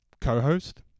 co-host